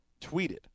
tweeted